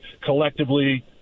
collectively